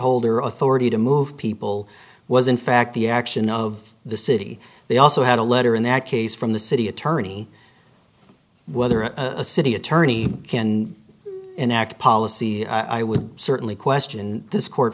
holder authority to move people was in fact the action of the city they also had a letter in that case from the city attorney whether a city attorney can enact policies i would certainly question